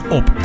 op